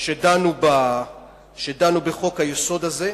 שדנו בחוק-היסוד הזה,